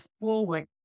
forward